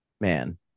man